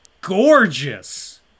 gorgeous